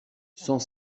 cent